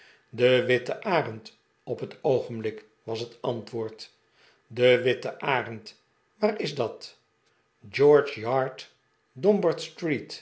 de witte arend op het oogenblik was het antwoord de witte arend waar is dat george